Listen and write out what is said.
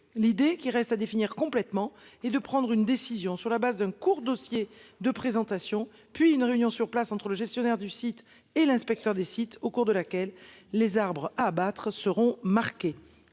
L'idée qui reste à définir complètement et de prendre une décision sur la base d'un court dossier de présentation, puis une réunion sur place entre le gestionnaire du site et l'inspecteur des sites au cours de laquelle les arbres à abattre seront marqués